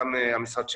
גם המשרד שלנו,